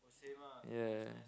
yeah